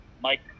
Mike